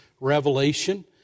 Revelation